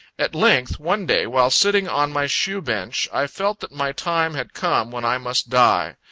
at length, one day, while sitting on my shoe bench, i felt that my time had come when i must die.